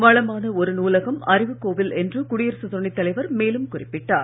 வளமான ஒரு நூலகம் அறிவுக் கோவில் என்று குடியரசுத் துணைத் தலைவர் மேலும் குறிப்பிட்டார்